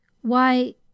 Why